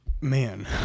Man